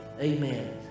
Amen